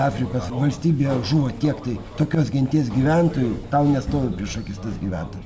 afrikos valstybėje žuvo tiek tai tokios genties gyventojų tau nestovi prieš akis tas gyventojas